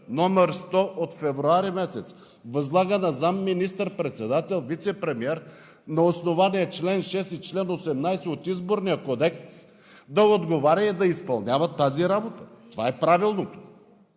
№ 100 от февруари месец: възлага на заместник министър-председател – вицепремиер, на основание чл. 6 и чл. 18 от Изборния кодекс да отговаря и да изпълнява тази работа! Това е правилното.